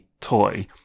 toy